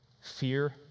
fear